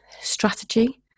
strategy